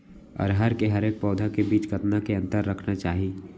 अरहर के हरेक पौधा के बीच कतना के अंतर रखना चाही?